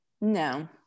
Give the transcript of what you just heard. no